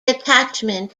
attachment